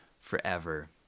forever